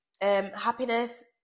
happiness